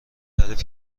تعریف